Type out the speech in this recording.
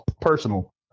personal